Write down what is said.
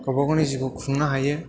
गावबा गावनि जिउखौ खुंनो हायो